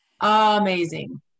amazing